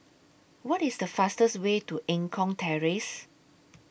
What IS The fastest Way to Eng Kong Terrace